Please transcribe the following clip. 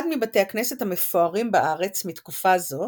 אחד מבתי הכנסת המפוארים בארץ מתקופה זו